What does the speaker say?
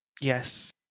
Yes